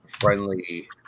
friendly